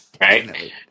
Right